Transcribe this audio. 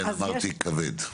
לכן, אמרתי: כבד.